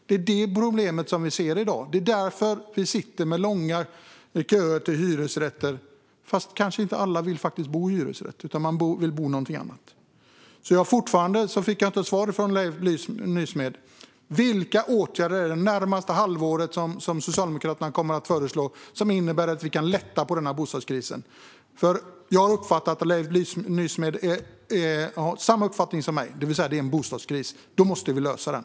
Det är det problemet vi ser i dag. Det är därför vi sitter med långa köer till hyresrätter, trots att alla kanske inte vill bo i hyresrätt utan i någonting annat. Jag fick inget svar från Leif Nysmed. Vilka åtgärder kommer Socialdemokraterna att föreslå under det närmaste halvåret som innebär att vi kan lätta på bostadskrisen? Jag uppfattar det nämligen som att Leif Nysmed har samma uppfattning som jag, det vill säga att vi har en bostadskris. Vi måste lösa den.